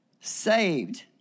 saved